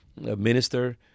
minister